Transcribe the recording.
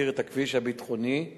ההצעה להעביר את הנושא לוועדת העבודה,